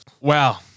Wow